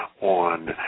on